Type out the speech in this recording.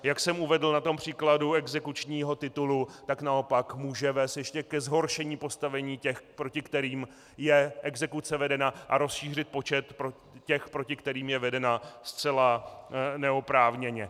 Jak jsem uvedl na příkladu exekučního titulu, tak naopak může vést ještě ke zhoršení postavení těch, proti kterým je exekuce vedena, a rozšířit počet těch, proti kterým je vedena zcela neoprávněně.